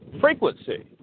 frequency